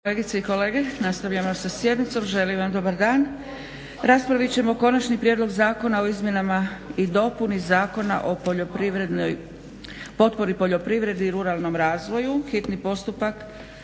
Kolegice i kolege, nastavljamo sa sjednicom. Želim vam dobar dan. Raspravit ćemo: - Konačni prijedlog Zakona o izmjenama i dopuni Zakona o poljoprivredi i ruralnom razvoju, hitni postupak,